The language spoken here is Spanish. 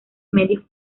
medios